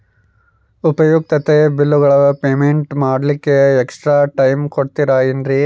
ಉಪಯುಕ್ತತೆ ಬಿಲ್ಲುಗಳ ಪೇಮೆಂಟ್ ಮಾಡ್ಲಿಕ್ಕೆ ಎಕ್ಸ್ಟ್ರಾ ಟೈಮ್ ಕೊಡ್ತೇರಾ ಏನ್ರಿ?